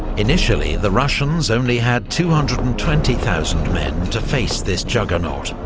initially the russians only had two hundred and twenty thousand men to face this juggernaut,